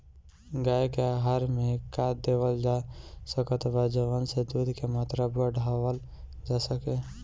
गाय के आहार मे का देवल जा सकत बा जवन से दूध के मात्रा बढ़ावल जा सके?